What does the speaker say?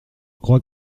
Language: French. crois